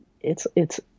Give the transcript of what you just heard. It's—it's